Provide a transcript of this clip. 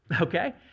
okay